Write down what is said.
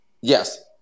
Yes